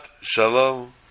Shalom